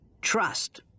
Trust